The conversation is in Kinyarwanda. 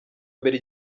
mbere